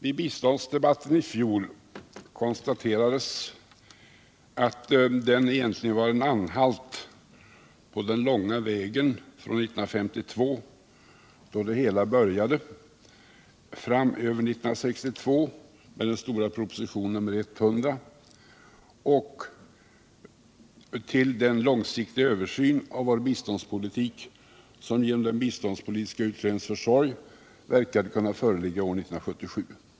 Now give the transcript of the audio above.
I biståndsdebatten i fjol konstaterades att den egentligen var en anhalt på den långa vägen från 1952 då vårt bistånd började, över år 1962 med den stora propositionen nr 100 fram till den långsiktiga översyn av vår biståndspolitik som genom den biståndspolitiska utredningens försorg beräknades kunna föreligga år 1977.